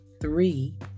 Three